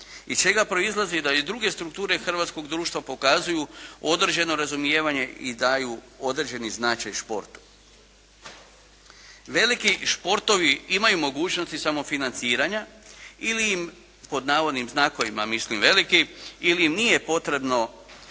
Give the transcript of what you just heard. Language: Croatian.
iz čega proizlazi da i druge strukture hrvatskog društva pokazuju određeno razumijevanje i daju određeni značaj športu. Veliki športovi imaju mogućnosti samofinanciranja ili im pod navodnim znakovima mislim "veliki" ili im nije potrebno